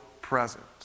present